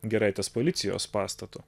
giraitės policijos pastatu